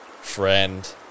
friend